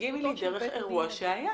תדגימי לי דרך אירוע שהיה.